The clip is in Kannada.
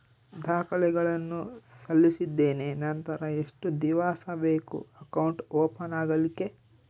ದಾಖಲೆಗಳನ್ನು ಸಲ್ಲಿಸಿದ್ದೇನೆ ನಂತರ ಎಷ್ಟು ದಿವಸ ಬೇಕು ಅಕೌಂಟ್ ಓಪನ್ ಆಗಲಿಕ್ಕೆ?